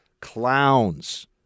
clowns